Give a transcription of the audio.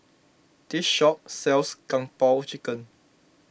this shop sells Kung Po Chicken